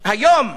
היום,